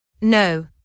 No